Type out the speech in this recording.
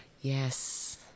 yes